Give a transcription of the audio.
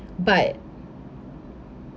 but